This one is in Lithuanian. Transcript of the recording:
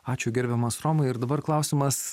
ačiū gerbiamas romai ir dabar klausimas